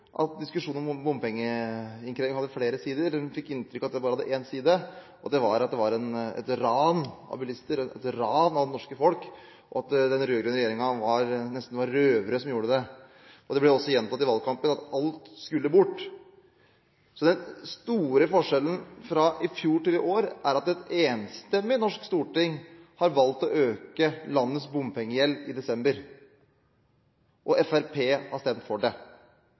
at diskusjonen om bompengeinnkreving hadde flere sider. Man fikk inntrykk av at det hadde bare én side, og det var at dette var et ran av bilister og av det norske folk, og at den rød-grønne regjeringen nesten var røvere som gjorde det. Det ble også gjentatt i valgkampen at alt skulle bort. Så den store forskjellen fra i fjor til i år er at et enstemmig norsk storting har valgt å øke landets bompengegjeld i desember, og Fremskrittspartiet har stemt for det.